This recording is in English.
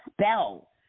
spell